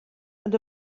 ond